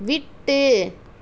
விட்டு